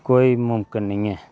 कोई मुमकिन निं ऐ